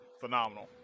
phenomenal